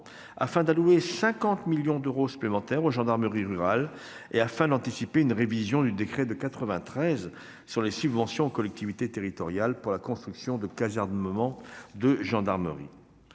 à allouer 50 millions d'euros supplémentaires aux gendarmeries rurales, et ce afin d'anticiper une révision du décret de 1993 sur les subventions aux collectivités territoriales pour la construction de casernements de gendarmerie.